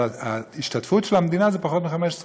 אבל ההשתתפות של המדינה היא פחות מ-15 שקלים,